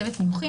צוות המומחים,